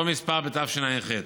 אותו מספר בתשע"ח,